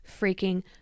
freaking